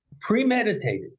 premeditated